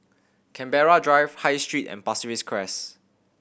Canberra Drive High Street and Pasir Ris Crest